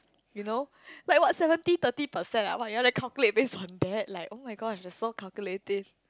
you know like what seventy thirty percent ah what you want to calculate base on that oh-my-god you are so calculative